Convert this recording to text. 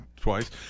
twice